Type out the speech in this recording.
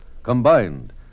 Combined